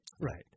Right